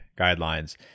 guidelines